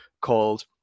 called